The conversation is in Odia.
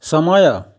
ସମୟ